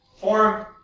form